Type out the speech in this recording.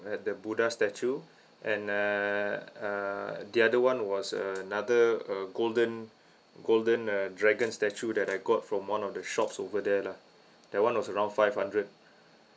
had the buddha statue and uh uh the other one was another uh golden golden uh dragon statue that I got from one of the shops over there lah that one was around five hundred